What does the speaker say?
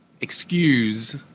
excuse